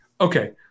Okay